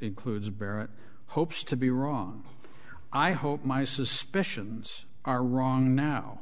includes berent hopes to be wrong i hope my suspicions are wrong now